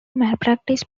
malpractice